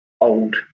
old